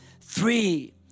three